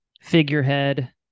figurehead